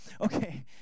Okay